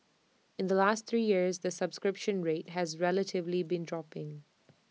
in the last three years the subscription rate has relatively been dropping